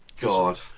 God